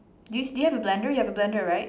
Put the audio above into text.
do you do you have a blender you have a blender right